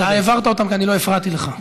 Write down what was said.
אתה העברת אותם כי אני לא הפרעתי לך.